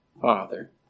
Father